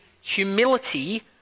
humility